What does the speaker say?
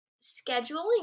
scheduling